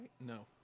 No